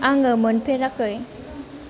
आङो मोनफेराखै